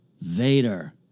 Vader